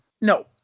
No